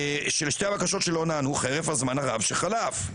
"....חרף הזמן הרב שחלף.